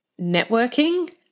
networking